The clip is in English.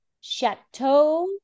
Chateau